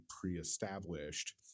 pre-established